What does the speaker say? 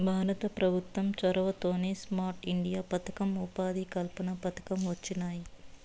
భారత పెభుత్వం చొరవతోనే స్మార్ట్ ఇండియా పదకం, ఉపాధి కల్పన పథకం వొచ్చినాయి